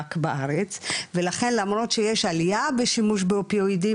בארץ ולכן למרות שיש עלייה בשימוש באופיואידים,